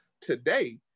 Today